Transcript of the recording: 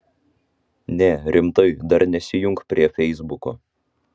ne rimtai dar nesijunk prie feisbuko